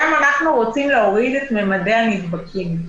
גם אנחנו רוצים להוריד את ממדי הנדבקים.